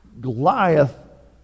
Goliath